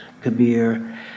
Kabir